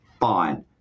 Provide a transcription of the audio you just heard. fine